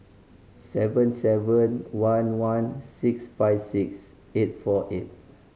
seven seven one one six five six eight four eight